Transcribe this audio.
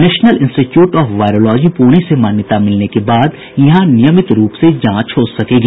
national institute of virology Pune से मान्यता मिलने के बाद यहां नियमित रूप से जांच शुरू हो जायेगी